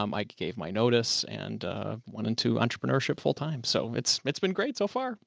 um i gave my notice and went into entrepreneurship full time. so it's, it's been great so far. joe